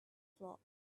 flock